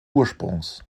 ursprungs